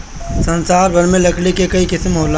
संसार भर में लकड़ी के कई किसिम होला